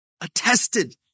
attested